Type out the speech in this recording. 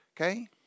Okay